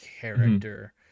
character